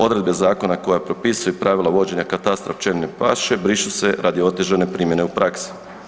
Odredbe zakona koja propisuje pravila vođenja katastra pčelinje paše brišu se radi otežane primjene u praksi.